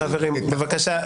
חברים, בבקשה.